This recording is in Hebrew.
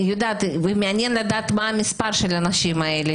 ומעניין לדעת מה המספר של האנשים האלה,